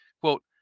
Quote